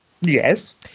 Yes